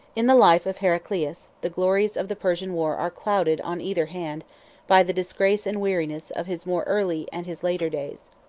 in the life of heraclius, the glories of the persian war are clouded on either hand by the disgrace and weakness of his more early and his later days.